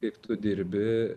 kaip tu dirbi